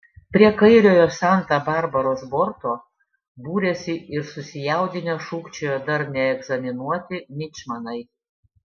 prie kairiojo santa barbaros borto būrėsi ir susijaudinę šūkčiojo dar neegzaminuoti mičmanai